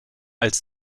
als